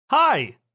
Hi